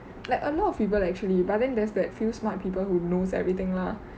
like a lot of people actually but then there's that few smart people who knows everything lah